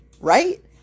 right